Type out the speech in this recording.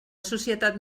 societat